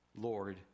Lord